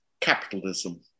capitalism